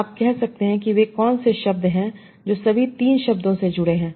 आप कह सकते हैं कि वे कौन से शब्द हैं जो सभी 3 शब्दों से जुड़े हैं